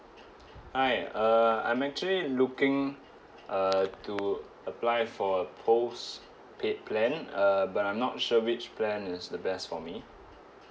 hi uh I'm actually looking uh to apply for a postpaid plan uh but I'm not sure which plan is the best for me